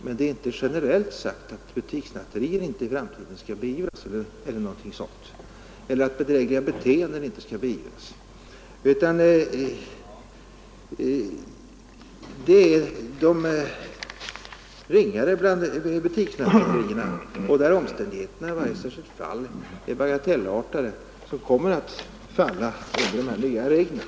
Men det har inte generellt uttalats att t.ex. butikssnatterier eller bedrägliga beteenden inte i framtiden skall beivras eller något liknande. Det är de ringare fallen av t.ex. butikssnatterier, där omständigheterna i varje särskilt fall är bagatellartade, som kommer att beröras av de nya reglerna.